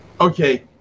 Okay